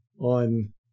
on